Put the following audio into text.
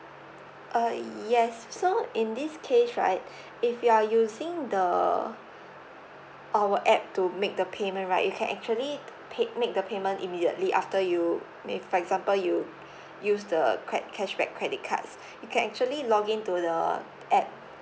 uh yes so in this case right if you are using the our app to make the payment right you can actually pay make the payment immediately after you I mean for example you use the cre~ cashback credit cards you can actually login to the app